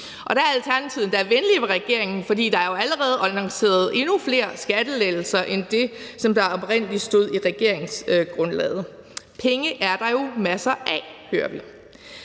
Der er Alternativet endda venlige over for regeringen, for der er allerede annonceret flere skattelettelser end det, der oprindelig stod i regeringsgrundlaget. Penge er der jo masser af, hører vi.